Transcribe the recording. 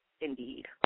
indeed